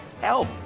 help